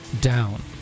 down